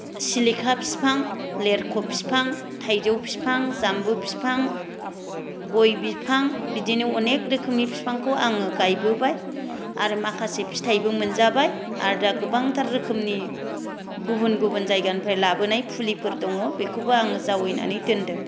सिलिखा फिफां लेरख' फिफां थायजौ फिफां जाम्बु फिफां गय बिफां बिदिनो अनेक रोखोमनि फिफांखौ आङो गायबोबाय आरो माखासे फिथायबो मोनजाबाय आरो दा गोबांथार रोखोमनि गुबुन गुबुन जायगानिफ्राय लाबोनाय फुलिफोर दङ बेखौबो आङो जावायनानै दोनदों